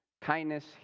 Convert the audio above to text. kindness